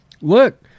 Look